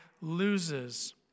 loses